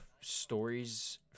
stories